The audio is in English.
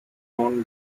own